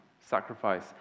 sacrifice